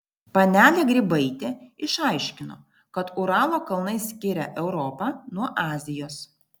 panelė grybaitė išaiškino kad uralo kalnai skiria europą nuo azijos